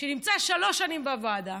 שנמצא שלוש שנים בוועדה,